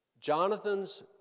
Jonathan's